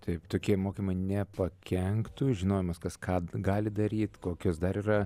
taip tokie mokymai nepakenktų žinojimas kas ką gali daryt kokios dar yra